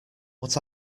what